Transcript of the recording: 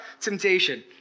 temptation